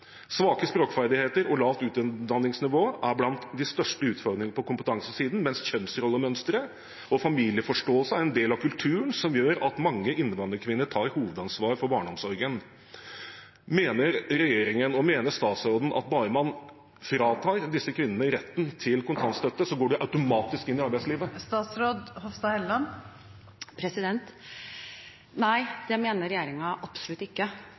Svake språkferdigheter og lavt utdanningsnivå er blant de største utfordringene på kompetansesiden, mens kjønnsrollemønsteret og familieforståelse er en del av kulturen, som gjør at mange innvandrerkvinner tar hovedansvaret for barneomsorgen. Mener regjeringen – statsråden – at bare man fratar disse kvinnene retten til kontantstøtte, går de automatisk inn i arbeidslivet? Nei, det mener regjeringen absolutt ikke.